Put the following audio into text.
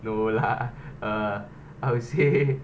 no lah uh I would say